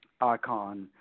icon